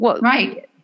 Right